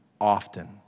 often